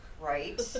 Right